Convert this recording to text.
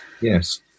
Yes